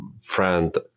friend